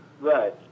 Right